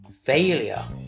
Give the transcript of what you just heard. Failure